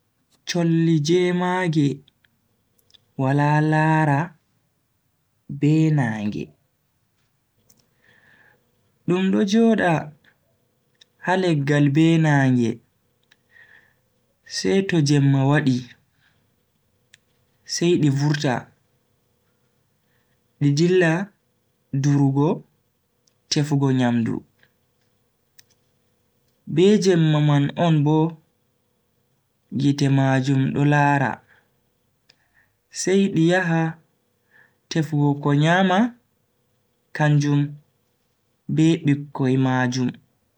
Cholli jemage wala lara be naange, dum do joda ha leggal be naange seto jemma wadi sai di vurta di dilla durugo tefugo nyamdu. be Jemma man on Bo gite majum do lara sai di yaha tefugo ko nyama kanjum be bikkoi majum.